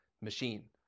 machine